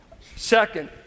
second